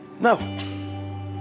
No